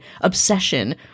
obsession